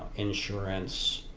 insurance,